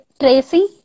Tracy